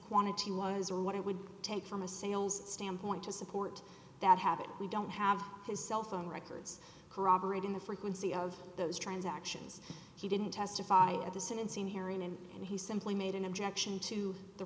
quantity was or what it would take from a sales standpoint to support that habit we don't have his cell phone records corroborate in the frequency of those transactions he didn't testify at the sentencing hearing and he simply made an objection to the